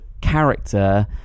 character